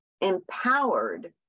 empowered